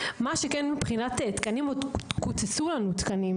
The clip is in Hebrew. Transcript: מבחינת תקנים לאחרונה עוד קוצצו לנו תקנים.